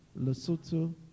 Lesotho